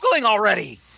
already